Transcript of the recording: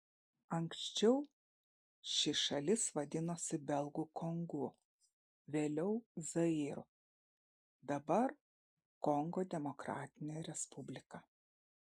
anksčiau ši šalis vadinosi belgų kongu vėliau zairu dabar kongo demokratinė respublika